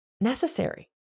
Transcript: necessary